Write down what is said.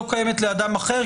לא קיימת לאדם אחר,